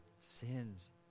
sins